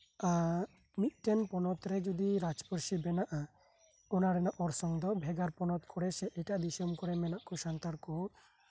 ᱢᱤᱫᱴᱟᱝ ᱯᱚᱱᱚᱛᱨᱮ ᱨᱟᱡᱽ ᱯᱟᱹᱨᱥᱤ ᱡᱚᱫᱤ ᱵᱮᱱᱟᱜᱼᱟ ᱟᱨ ᱚᱱᱟ ᱨᱮᱭᱟᱜ ᱚᱨᱥᱚᱝ ᱫᱚ ᱵᱷᱮᱜᱟᱨ ᱯᱚᱱᱚᱛ ᱠᱚᱨᱮᱜ ᱢᱮᱱᱟᱜ ᱠᱚ ᱥᱟᱱᱛᱟᱲ ᱠᱚ